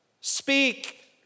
Speak